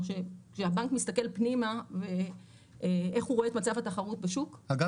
כשהבנק מסתכל פנימה ואיך הוא רואה את מצב התחרות בשוק --- אגב